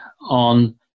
on